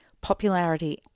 popularity